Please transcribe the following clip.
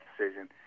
decision